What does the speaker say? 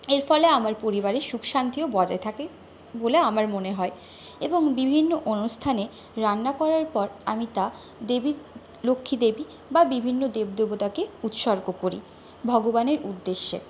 এর ফলে আমার পরিবারে সুখ শান্তিও বজায় থাকে বলে আমার মনে হয় এবং বিভিন্ন অনুষ্ঠানে রান্না করার পর আমি তা দেবীর লক্ষ্মীদেবী বা বিভিন্ন দেব দেবতাকে উৎসর্গ করি ভগবানের উদ্দেশ্যে